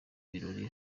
birori